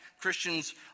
Christians